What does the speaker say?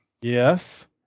Yes